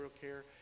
care